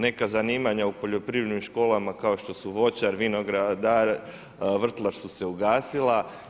Neka zanimanja u poljoprivrednim školama kao što su voćar, vinogradar, vrtlar su se ugasila.